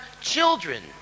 children